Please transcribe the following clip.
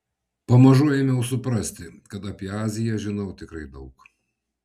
pamažu ėmiau suprasti kad apie aziją žinau tikrai daug